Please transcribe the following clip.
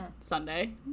Sunday